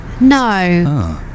No